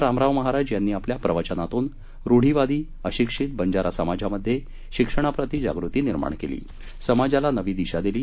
रामराव महाराज यांनी आपल्या प्रवचनातून रुढीवादी अशिक्षित बंजारा समाजामध्ये शिक्षणाप्रती जागृती निर्माण केली समाजाला नवी दिशा दिली